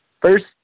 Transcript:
first